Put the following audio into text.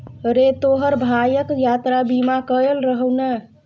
रे तोहर भायक यात्रा बीमा कएल रहौ ने?